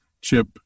chip